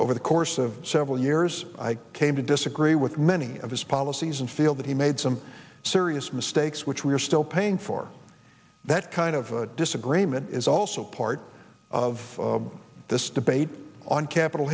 over the course of several years i came to disagree with many of his policies and feel that he made some serious mistakes which we're still paying for that kind of disagreement is also part of this debate on capitol